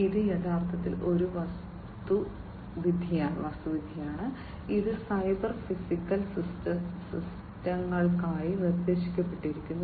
ഇത് യഥാർത്ഥത്തിൽ ഒരു വാസ്തുവിദ്യയാണ് ഇത് സൈബർ ഫിസിക്കൽ സിസ്റ്റങ്ങൾക്കായി നിർദ്ദേശിക്കപ്പെട്ടിരിക്കുന്നു